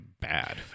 bad